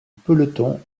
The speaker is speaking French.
peloton